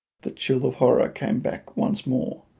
the chill of horror came back once more,